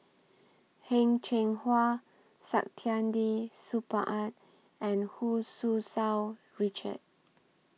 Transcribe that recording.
Heng Cheng Hwa Saktiandi Supaat and Hu Tsu Tau Richard